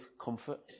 comfort